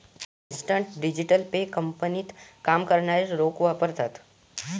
instant digital pay कंपनीत काम करणारे लोक वापरतात